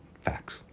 Facts